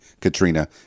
Katrina